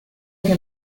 que